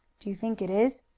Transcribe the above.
do you think it is?